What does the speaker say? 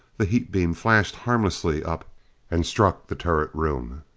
the heat beam flashed harmlessly up and struck the turret room.